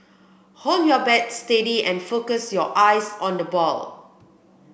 hold your bat steady and focus your eyes on the ball